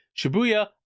Shibuya